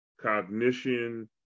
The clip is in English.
cognition